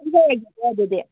ꯊꯝꯖꯔꯒꯦꯀꯣ ꯑꯗꯨꯗꯤ